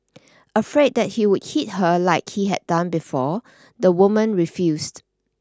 afraid that he would hit her like he had done before the woman refused